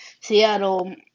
Seattle